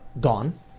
gone